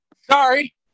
Sorry